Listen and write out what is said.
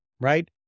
right